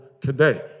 today